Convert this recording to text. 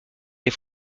les